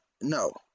No